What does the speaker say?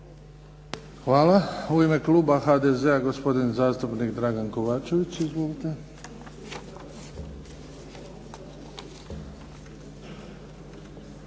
Hvala. U ime kluba HDZ-a gospodin zastupnik Dragan Kovačević. Izvolite.